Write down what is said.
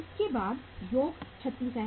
इसके बाद योग 36 है